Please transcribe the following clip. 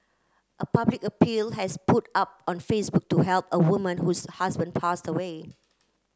a public appeal has put up on Facebook to help a woman whose husband passed away